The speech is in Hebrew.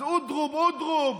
אז אודרוב, אודרוב,